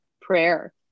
prayer